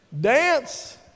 Dance